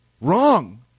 Wrong